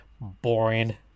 boring